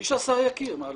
מי שהשר יכיר בו.